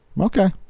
Okay